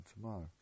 tomorrow